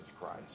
Christ